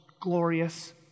glorious